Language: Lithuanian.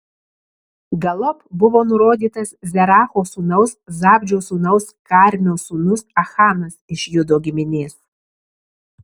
galop buvo nurodytas zeracho sūnaus zabdžio sūnaus karmio sūnus achanas iš judo giminės